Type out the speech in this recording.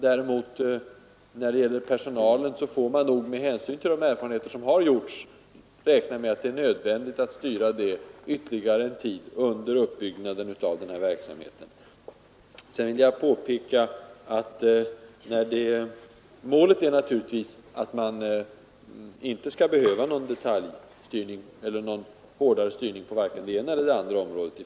Däremot får man nog när det gäller personalen räkna med att det, med hänsyn till de erfarenheter som gjorts, är nödvändigt med en viss styrning under uppbyggnaden av denna verksamhet. Målet är naturligtvis att det i framtiden inte skall behövas någon styrning, på vare sig det ena eller det andra området.